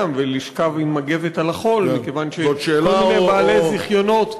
ולשכב על מגבת על החול מכיוון שכל מיני בעלי זיכיונות,